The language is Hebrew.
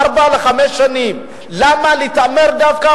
נקבעו במסגרת החוק הסדרים שנועדו לקבוע